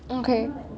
okay